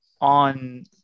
on